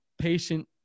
patient